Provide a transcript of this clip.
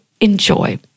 enjoy